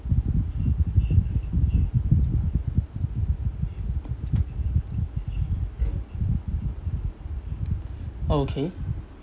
okay